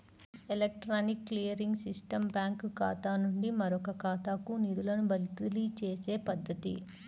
electronic clearing system బ్యాంకుఖాతా నుండి మరొకఖాతాకు నిధులను బదిలీచేసే పద్ధతి